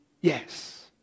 yes